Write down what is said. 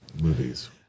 movies